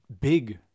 big